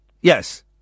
Yes